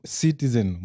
citizen